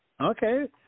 Okay